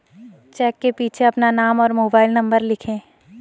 check के पीछे अपना नाम और मोबाइल नंबर लिखें